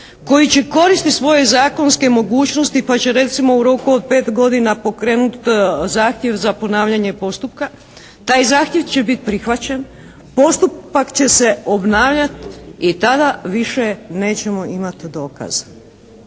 koji će koristiti svoje zakonske mogućnosti pa će recimo u roku od pet godina pokrenuti zahtjev za ponavljanje postupka. Taj zahtjev će biti prihvaćen. Postupak će se obnavljati i tada više nećemo imati dokaza.